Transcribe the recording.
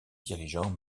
dirigeant